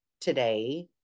today